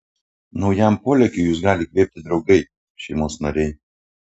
naujam polėkiui jus gali įkvėpti draugai šeimos nariai